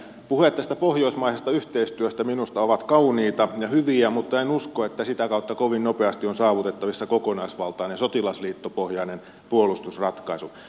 puheet tästä pohjoismaisesta yhteistyöstä minusta ovat kauniita ja hyviä mutta en usko että sitä kautta kovin nopeasti on saavutettavissa kokonaisvaltainen sotilasliittopohjainen puolustusratkaisu